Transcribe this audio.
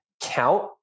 count